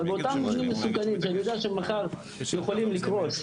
אבל באותם מבנים מסוכנים שאני יודע שמחר יכולים לקרוס,